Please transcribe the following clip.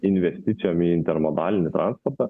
investicijom į intermodalinį transportą